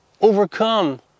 overcome